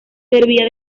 servía